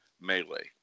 Melee